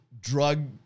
drug